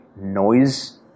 noise